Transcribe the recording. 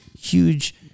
huge